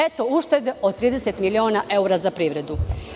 Eto uštede od 30.000.000 eura za privredu.